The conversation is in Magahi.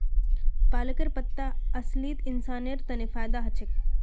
पालकेर पत्ता असलित इंसानेर तन फायदा ह छेक